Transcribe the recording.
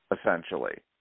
essentially